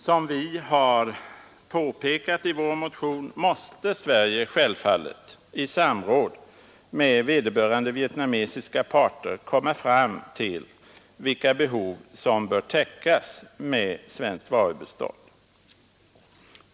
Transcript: Som vi har påpekat i vår motion måste Sverige, självfallet i samråd med vederbörande vietnamesiska parter, komma fram till vilka behov som bör täckas med svenskt varubistånd.